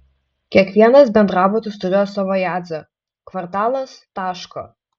kiekvienas bendrabutis turėjo savo jadzę kvartalas tašką